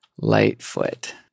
Lightfoot